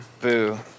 Boo